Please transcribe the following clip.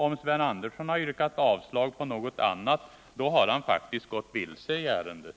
Om Sven Andersson yrkat avslag på något annat har han faktiskt gått vilse i ärendet.